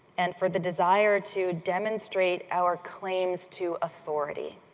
and for the desire to demonstrate our claims to authority.